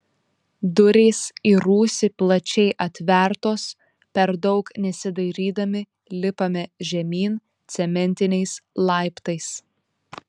durys į rūsį plačiai atvertos per daug nesidairydami lipame žemyn cementiniais laiptais